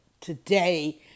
today